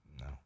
no